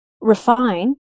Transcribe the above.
refine